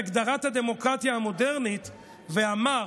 זיקק את הגדרת הדמוקרטיה המודרנית ואמר: